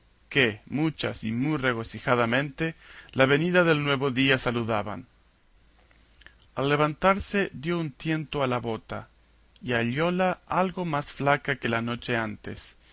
que muchas y muy regocijadamente la venida del nuevo día saludaban al levantarse dio un tiento a la bota y hallóla algo más flaca que la noche antes